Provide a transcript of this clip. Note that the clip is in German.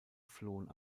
flohen